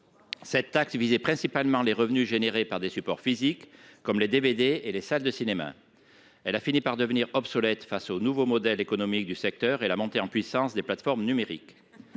Cette taxe visait principalement les revenus tirés de supports physiques, comme les DVD et les salles de cinéma, mais elle a été rendue obsolète par les nouveaux modèles économiques du secteur et la montée en puissance des plateformes numériques.